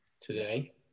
today